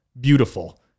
Beautiful